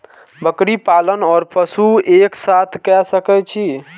बकरी पालन ओर पशु एक साथ कई सके छी?